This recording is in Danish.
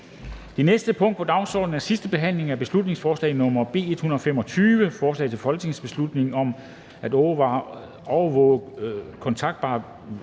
Det næste punkt på dagsordenen er: 22) 2. (sidste) behandling af beslutningsforslag nr. B 125: Forslag til folketingsbeslutning om overvåget kontaktbevarende